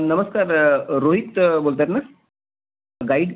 नमस्कार रोहित बोलत आहेत ना गाईड